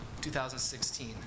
2016